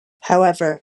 however